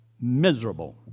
miserable